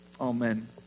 Amen